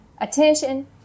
attention